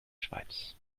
schweiz